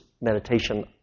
meditation